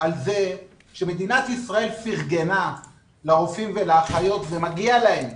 על זה שמדינת ישראל פרגנה לרופאים ולאחיות ומגיע להם,